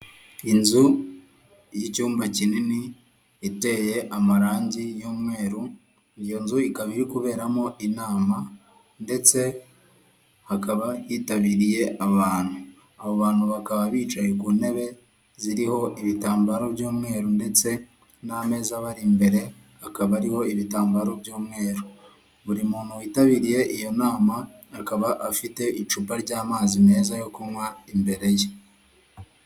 Inzu y'icyumba kinini, iteye amarangi y'umweru , iyo nzu ikaba iyo kuberamo inama ndetse hakaba yitabiriye abantu. Abo bantu bakaba bicaye ku ntebe ziriho ibitambaro by'umweru ndetse n'ameza abari imbere akaba ariho ibitambaro by'umweru, buri muntu witabiriye iyo nama akaba afite icupa ry'amazi meza yo kunywa imbere ye.